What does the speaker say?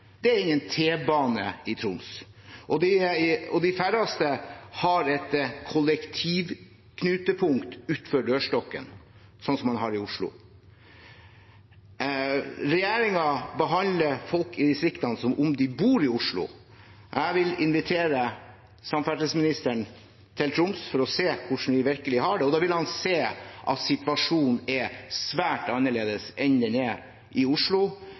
Det er ingen T-bane i Troms, og de færreste har et kollektivknutepunkt utenfor dørstokken, slik som man har i Oslo. Regjeringen behandler folk i distriktene som om de bor i Oslo. Jeg vil invitere samferdselsministeren til Troms for å se hvordan vi virkelig har det. Da vil han se at situasjonen er svært annerledes enn den er i Oslo,